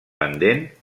pendent